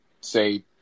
say